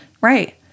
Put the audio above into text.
right